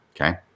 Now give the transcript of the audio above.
Okay